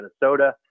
Minnesota